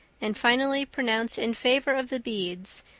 and finally pronounced in favor of the beads,